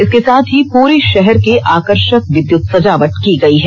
इसके साथ ही पूरे शहर की आकर्षक विद्युत सजावट की गयी है